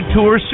Tour